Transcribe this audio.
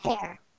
hair